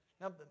now